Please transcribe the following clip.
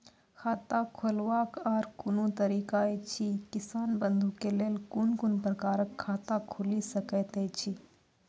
खाता खोलवाक आर कूनू तरीका ऐछि, किसान बंधु के लेल कून कून प्रकारक खाता खूलि सकैत ऐछि?